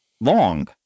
long